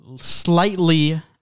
slightly